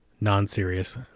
non-serious